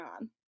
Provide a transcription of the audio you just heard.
on